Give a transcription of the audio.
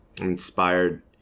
inspired